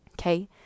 Okay